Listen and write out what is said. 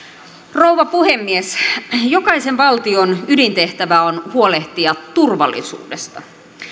rouva puhemies jokaisen valtion ydintehtävä on huolehtia turvallisuudesta